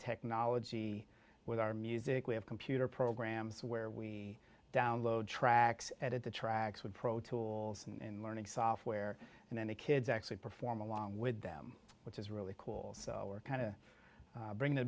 technology with our music we have computer programs where we download tracks at the tracks with pro tools and learning software and then the kids actually perform along with them which is really cool so we're kind of bring